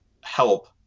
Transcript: help